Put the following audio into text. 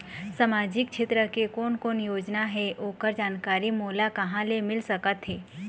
सामाजिक क्षेत्र के कोन कोन योजना हे ओकर जानकारी मोला कहा ले मिल सका थे?